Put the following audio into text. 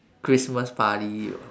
christmas party or